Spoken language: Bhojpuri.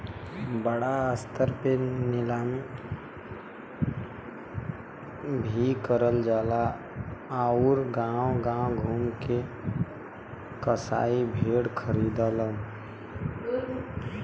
बड़ा स्तर पे नीलामी भी करल जाला आउर गांव गांव घूम के भी कसाई भेड़ खरीदलन